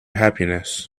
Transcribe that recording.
happiness